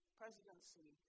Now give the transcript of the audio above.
presidency